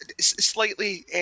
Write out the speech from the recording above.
slightly